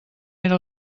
era